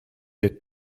der